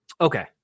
Okay